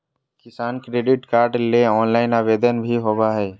किसान credit card ले online आवेदन भी होबय हय